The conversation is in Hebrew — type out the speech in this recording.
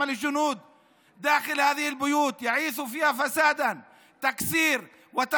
עושה בתוך הבתים האלה: הם זורעים שם הרס,